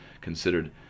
considered